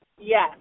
Yes